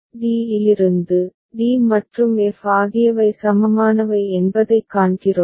D இலிருந்து d மற்றும் f ஆகியவை சமமானவை என்பதைக் காண்கிறோம்